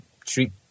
treat